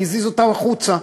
הזיזו אותם החוצה.